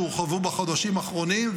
שהורחבו בחודשים האחרונים.